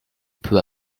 peu